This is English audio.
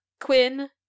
Quinn